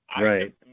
Right